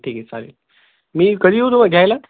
ठीक आहे चालेल मी कधी येऊ तो घ्यायला